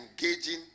engaging